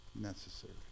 necessary